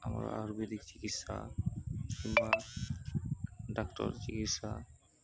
ଆମର ଆୟୁର୍ବେଦିକ ଚିକିତ୍ସା କିମ୍ବା ଡାକ୍ତର ଚିକିତ୍ସା